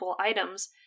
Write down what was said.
items